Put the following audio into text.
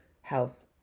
health